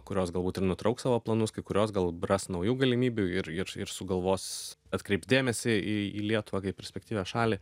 kurios galbūt ir nutrauks savo planus kai kurios gal ras naujų galimybių ir ir ir sugalvos atkreips dėmesį į į lietuvą kaip perspektyvią šalį